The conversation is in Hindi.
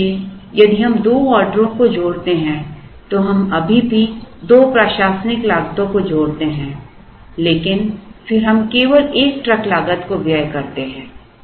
इसलिए यदि हम दो ऑर्डरों को जोड़ते हैं तो हम अभी भी दो प्रशासनिक लागतों को जोड़ते हैं लेकिन फिर हम केवल एक ट्रक लागत को व्यय करते हैं